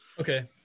okay